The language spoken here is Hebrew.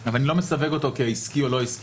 --- אבל אני לא מסווג אותו כעסקי או לא עסקי.